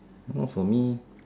not for me